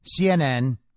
CNN